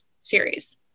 series